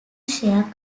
share